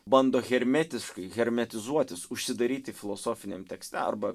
bando hermetiškai hermetizuotis užsidaryti filosofiniam tekste arba